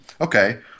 Okay